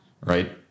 Right